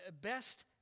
best